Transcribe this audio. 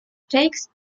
takes